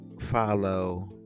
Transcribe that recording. follow